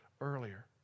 earlier